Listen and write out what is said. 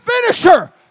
finisher